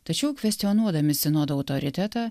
tačiau kvestionuodami sinodo autoritetą